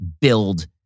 build